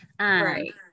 Right